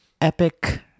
epic